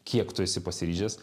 kiek tu esi pasiryžęs